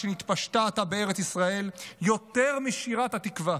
שנתפשטה עתה בארץ ישראל יותר משירת 'התקווה'".